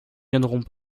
viendront